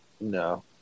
No